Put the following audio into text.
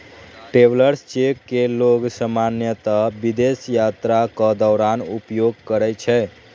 travellers cheque कें लोग सामान्यतः विदेश यात्राक दौरान उपयोग करै छै